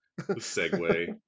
segue